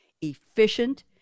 efficient